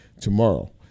tomorrow